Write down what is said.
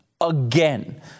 again